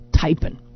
typing